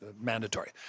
mandatory